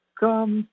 come